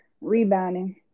rebounding